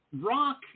rock